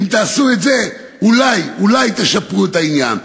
אם תעשו את זה אולי, אולי, תשפרו את העניין.